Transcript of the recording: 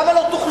למה לא תוכלו?